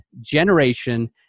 generation